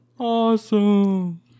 Awesome